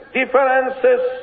differences